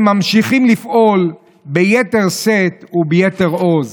הם ממשיכים לפעול ביתר שאת וביתר עוז.